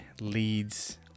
leads